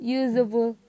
usable